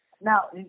Now